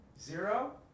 Zero